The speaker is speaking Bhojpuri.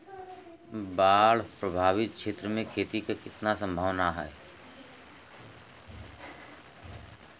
बाढ़ प्रभावित क्षेत्र में खेती क कितना सम्भावना हैं?